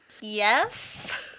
Yes